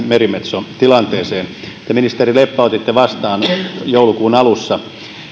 merimetsotilanteeseen te ministeri leppä otitte vastaan joulukuun alussa